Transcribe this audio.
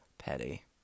Petty